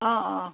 অঁ অঁ